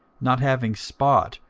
not having spot,